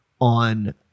on